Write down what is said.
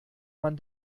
man